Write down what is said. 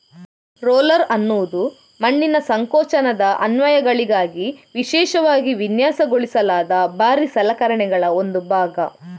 roller ಅನ್ನುದು ಮಣ್ಣಿನ ಸಂಕೋಚನದ ಅನ್ವಯಗಳಿಗಾಗಿ ವಿಶೇಷವಾಗಿ ವಿನ್ಯಾಸಗೊಳಿಸಲಾದ ಭಾರೀ ಸಲಕರಣೆಗಳ ಒಂದು ಭಾಗ